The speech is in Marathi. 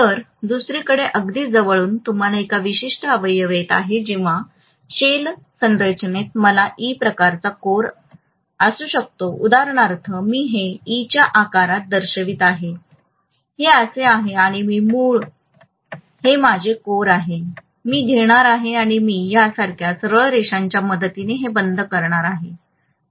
तर दुसरीकडे अगदी जवळून तुम्हाला एक विशिष्ट अवयव येत आहेत जेव्हा शेल बांधकामात मला ई प्रकारचा कोर असू शकतो उदाहरणार्थ मी हे E च्या आकारात दर्शवित आहे हे असे आहे आणि मी मुळात हे माझे कोर म्हणून मी घेणार आहे आणि मी यासारख्या सरळ रेषांच्या मदतीने हे बंद करणार आहे